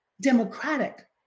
democratic